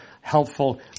helpful